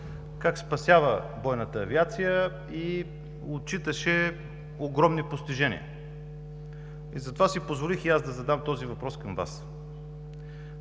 как спасява бойната авиация и отчиташе огромни постижения. Затова си позволих и аз да задам този въпрос към Вас.